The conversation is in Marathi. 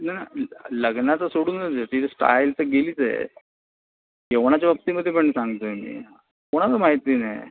नाही लग्नाचं सोडूनच द्या ती जी स्टाईल तर गेलीच आहे जेवणाच्या बाबतीमध्ये पण सांगतो आहे मी कोणाला माहिती नाही